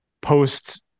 post